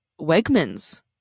Wegmans